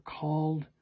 called